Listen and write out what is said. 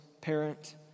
parent